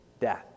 death